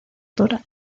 dra